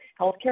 healthcare